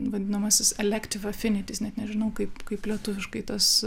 vadinamasis elektivafinitis net nežinau kaip kaip lietuviškai tas